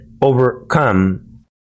overcome